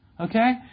okay